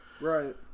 Right